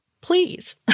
please